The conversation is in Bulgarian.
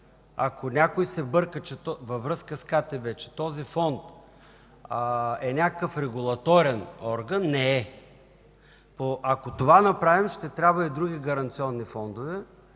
Ако някой се бърка във връзка с КТБ, че този Фонд е някакъв регулаторен орган – не е. Ако направим това, ще трябва и за други гаранционни фондове,